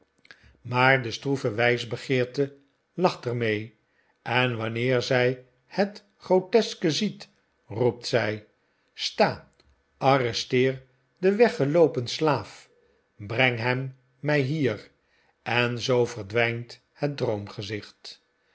maar de stroeve wijsbegeerte lacht er mee en wanneer zij het groteske ziet roept zij sta arresteer den weggeloopen slaafl breng hem mij hier en zoo verdwijnt het